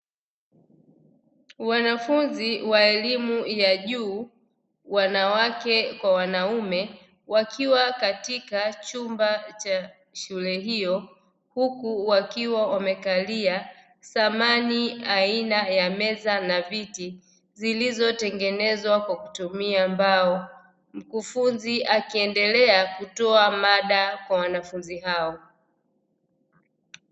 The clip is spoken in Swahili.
Wanafunzi wa elimu ya juu, wanawake kwa wanaume wakiwa katika chumba cha shule hiyo huku wakiwa wamekalia samani aina ya meza na viti zilizotengenezwa kwa kutumia mbao, mkufunzi akiendelea kutoa mada kwa wanafunzi hao.